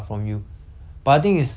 你有那个